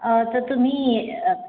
त तुम्ही